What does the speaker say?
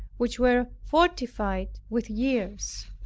which were fortified with years.